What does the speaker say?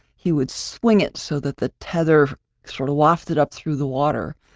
he would swing it so that the tether sort of washed it up through the water.